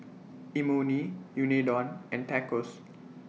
Imoni Unadon and Tacos